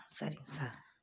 ம் சரிங்க சார்